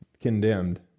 condemned